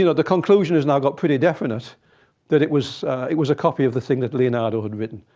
you know the conclusion has now got pretty definite that it was it was a copy of the thing that leonardo had written.